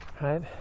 right